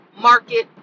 market